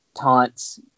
Taunts